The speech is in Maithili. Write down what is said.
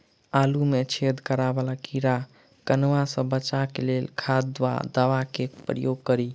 आलु मे छेद करा वला कीड़ा कन्वा सँ बचाब केँ लेल केँ खाद वा दवा केँ प्रयोग करू?